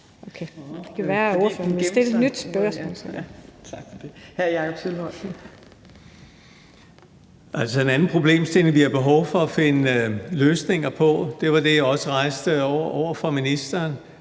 En anden problemstilling, vi har behov for at finde løsninger på, var det, jeg også rejste over for ministeren,